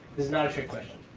is not a trick question.